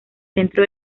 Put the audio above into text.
centro